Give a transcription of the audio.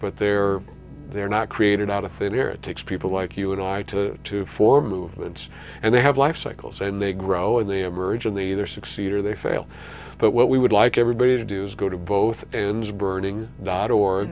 but they're they're not created out of thin air it takes people like you and i to to form movements and they have life cycles and they grow and they emerge and they either succeed or they fail that what we would like everybody to do is go to both ends earning dot or